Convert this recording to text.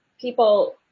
people